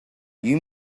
you